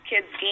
kids